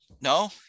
No